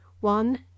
one